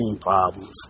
problems